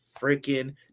freaking